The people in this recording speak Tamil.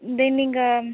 இதை நீங்கள்